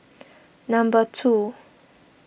number two